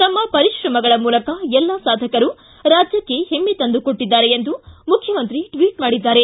ತಮ್ನ ಪರಿಶ್ರಮಗಳ ಮೂಲಕ ಎಲ್ಲಾ ಸಾಧಕರು ರಾಜ್ಯಕ್ಷೆ ಹೆಮ್ನೆ ತಂದುಕೊಟ್ಟದ್ದಾರೆ ಎಂದು ಮುಖ್ಯಮಂತ್ರಿ ಟ್ವಿಟ್ ಮಾಡಿದ್ದಾರೆ